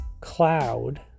cloud